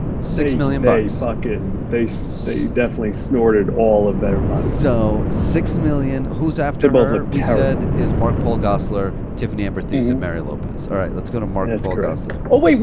six million bucks. like and they definitely snorted all of their money. so six million, who's after but her? we said is mark-paul gosselaar, tiffany amber thiesson, mario lopez. all right, let's go to mark-paul gosselaar. oh, wait,